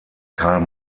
karl